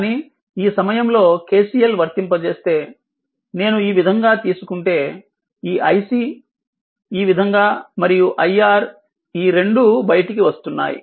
కానీ ఈ సమయంలో KCL వర్తింపజేస్తే నేను ఈ విధంగా తీసుకుంటే ఆ iC ఈ విధంగా మరియు iR ఈ రెండూ బయటికి వస్తున్నాయి